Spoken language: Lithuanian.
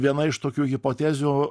viena iš tokių hipotezių